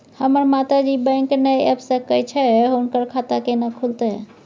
हमर माता जी बैंक नय ऐब सकै छै हुनकर खाता केना खूलतै?